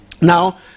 Now